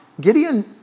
Gideon